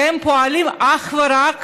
שהם פועלים אך ורק